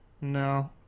No